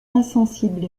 insensible